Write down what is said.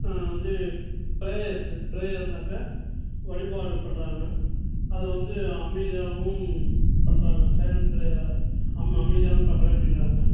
வந்து ப்ரேயர்ஸு ப்ரேயர்னாக்கால் வழிபாடு பண்ணுறாங்க அது வந்து அமைதியாகவும் பண்ணுறாங்க சைலன்ட் ப்ரேயர்ராக அம் அமைதியாகவும் க கடைபிடிக்கிறாங்க